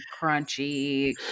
crunchy